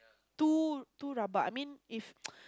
too too rabak I mean if